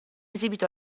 esibito